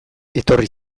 etorri